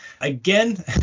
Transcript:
Again